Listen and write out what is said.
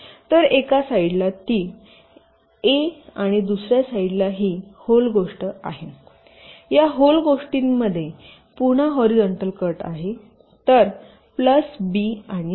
तर एका साईडला ती अ आणि दुसरी बाजू ही होल गोष्ट आहे या होल गोष्टींमध्ये पुन्हा हॉरीझॉन्टल कट आहे तर प्लस बी आणि सी